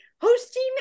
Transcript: hosting